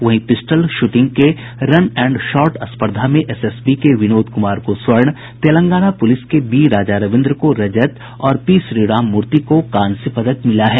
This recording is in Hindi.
वहीं पिस्टल शूटिंग के रन एंड शॉर्ट स्पर्धा में एसएसबी के विनोद कुमार को स्वर्ण तेलगांना पुलिस के बी राजा रविन्द्र को रजत और पी श्रीराम मूर्ति को कांस्य पदक मिला है